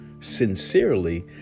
sincerely